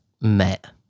met